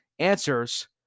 Answers